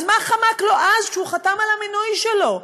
אז מה חמק לו אז כשהוא חתם על המינוי שלו?